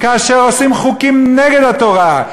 כאשר עושים חוקים נגד התורה,